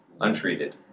untreated